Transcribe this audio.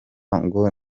ngo